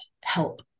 help